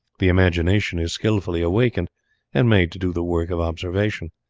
the imagination is skilfully awakened and made to do the work of observation.